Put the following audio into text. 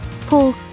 Paul